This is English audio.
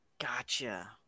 Gotcha